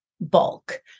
bulk